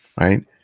right